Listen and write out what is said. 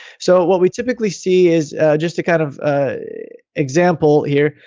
so what we typically see is just a kind of example here,